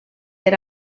era